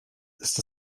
ist